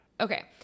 okay